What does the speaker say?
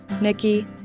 Nikki